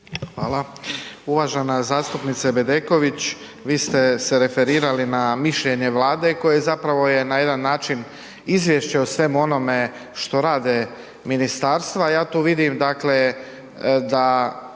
Hvala. Uvažena zastupnice Bedeković, vi ste se referirali na mišljenje Vlade koje zapravo je na jedan način izvješće o svemu onome što rade ministarstva. Ja tu vidim, dakle, da